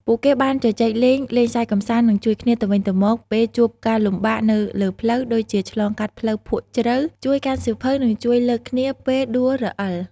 ពួកគេបានជជែកលេង លេងសើចកម្សាន្ត និង ជួយគ្នាទៅវិញទៅមក ពេលជួបការលំបាកនៅលើផ្លូវ ដូចជាឆ្លងកាត់ផ្លូវភក់ជ្រៅ ជួយកាន់សៀវភៅ ឬជួយលើកគ្នាពេលដួលរអិល។